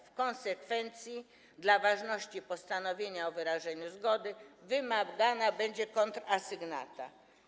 W konsekwencji dla ważności postanowienia o wyrażeniu zgody wymagana będzie kontrasygnata.